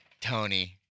Tony